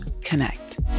connect